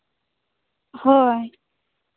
ᱦᱳᱭ